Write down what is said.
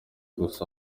gusa